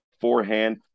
forehand